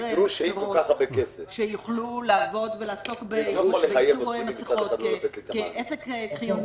מתפרות שיוכלו לעבוד ולעסוק בייצור מסכות כעסק חיוני?